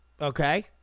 Okay